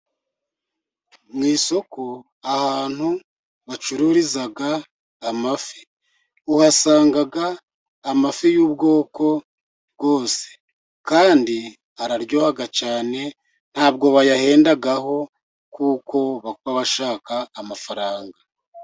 Mu isoko ahantu bacururiza amafi, uhasanga amafi y'ubwoko bwose kandi araryoha cyane, ntabwo bayahendaho kuko baba bashaka amafaranga.